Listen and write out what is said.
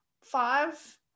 five